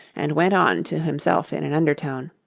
and went on to himself in an undertone,